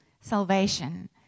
salvation